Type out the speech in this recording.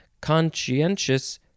Conscientious